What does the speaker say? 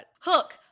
Hook